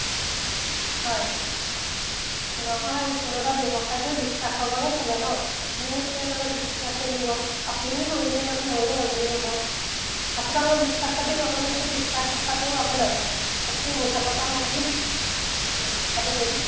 হয় নহয় কোনো এটা ব্যৱসায়টো বিশ্বাসৰ ওপৰতে চলে ন আপুনি মোক এতিয়া ক'লে ফিফটি পাৰ্চেণ্ট দিব আপুনিও মাজুলীৰ মানুহ ময়ো মাজুলীৰ মানুহ আপোনাক মই বিশ্বাসত দিম আপুনি সেইটো বিশ্বাস ৰখাটো আপোনাৰ কথা বাকী মোৰ ফালৰপৰা মই দিম বিশ্বাসতে দিম